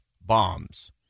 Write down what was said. bombs